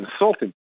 insulting